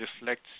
reflects